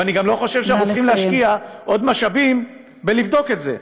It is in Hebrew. ואני גם לא חושב שאנחנו צריכים להשקיע עוד משאבים בלבדוק את זה.